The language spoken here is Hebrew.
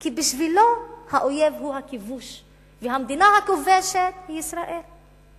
כי בשבילו האויב הוא הכיבוש והמדינה הכובשת היא ישראל.